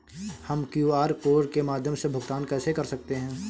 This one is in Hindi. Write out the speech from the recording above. हम क्यू.आर कोड के माध्यम से भुगतान कैसे कर सकते हैं?